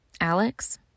Alex